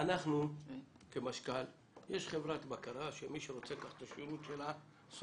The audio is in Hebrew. שיש חברת בקרה ומי שרוצה את השירות שלה,